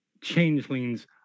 changelings